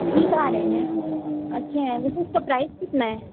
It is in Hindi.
ठीक आ रहे हैं अच्छे हैं वैसे इसका प्राइस कितना है